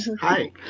Hi